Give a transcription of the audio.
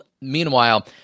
meanwhile